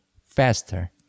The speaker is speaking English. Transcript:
faster